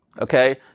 Okay